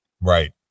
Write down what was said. Right